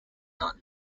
not